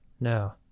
No